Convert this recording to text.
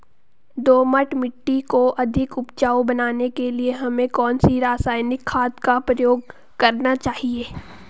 दोमट मिट्टी को अधिक उपजाऊ बनाने के लिए हमें कौन सी रासायनिक खाद का प्रयोग करना चाहिए?